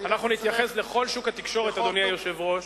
אנחנו נתייחס לכל שוק התקשורת, אדוני היושב-ראש,